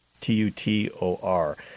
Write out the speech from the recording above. T-U-T-O-R